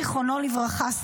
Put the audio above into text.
זכרו לברכה,